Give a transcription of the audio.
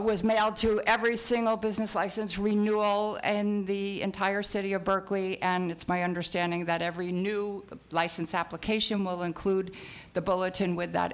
was mailed to every single business license renewal and the entire city of berkeley and it's my understanding that every new license application will include the bulletin with that